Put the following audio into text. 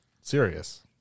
serious